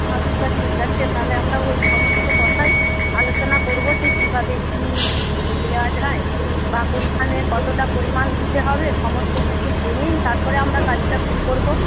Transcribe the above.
আচ্ছা ঠিক আছে তাহলে আমরা ওই সমস্ত কথাই আলোচনা করব যে কীভাবে কী দেওয়া যায় বা কোনখানে কতটা পরিমাণ দিতে হবে সমস্ত কিছু জেনেই তারপরে আমরা কাজটা শুরু করব